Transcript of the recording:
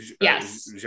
Yes